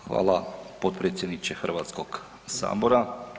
Hvala potpredsjedniče Hrvatskog sabora.